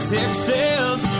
Texas